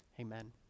Amen